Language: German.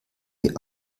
wir